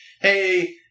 hey